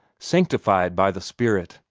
sanctified by the spirit,